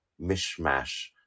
mishmash